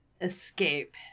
escape